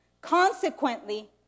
Consequently